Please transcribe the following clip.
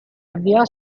avviò